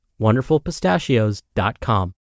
WonderfulPistachios.com